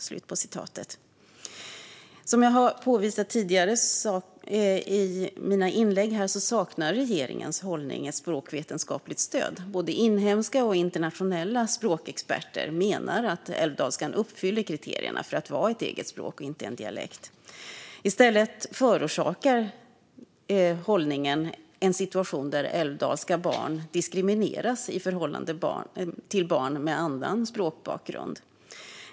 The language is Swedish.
Som jag har påvisat i mina tidigare inlägg saknar regeringens hållning språkvetenskapligt stöd. Både inhemska och internationella språkexperter menar att älvdalskan uppfyller kriterierna för att vara ett eget språk och inte en dialekt. Denna hållning förorsakar en situation där älvdalska barn diskrimineras i förhållande till barn med annan språkbakgrund.